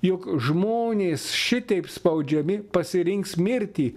jog žmonės šitaip spaudžiami pasirinks mirtį